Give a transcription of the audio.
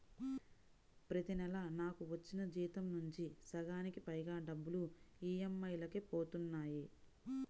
ప్రతి నెలా నాకు వచ్చిన జీతం నుంచి సగానికి పైగా డబ్బులు ఈఎంఐలకే పోతన్నాయి